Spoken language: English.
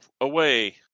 away